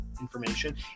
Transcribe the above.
information